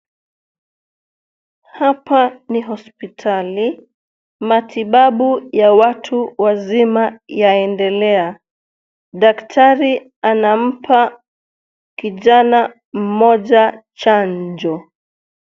Hapa ni hospitali matibabu ya watu wazima yaendelea, daktari anampa kijana mmoja chanjo.